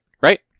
Right